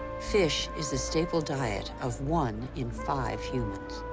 fish is the staple diet of one in five humans.